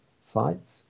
sites